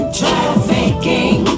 trafficking